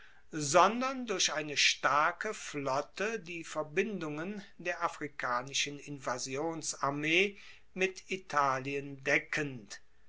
sondern durch eine starke flotte die verbindungen der afrikanischen invasionsarmee mit italien deckend